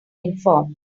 informed